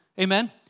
Amen